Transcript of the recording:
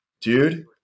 dude